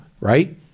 right